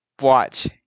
watch